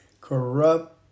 corrupt